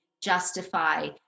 justify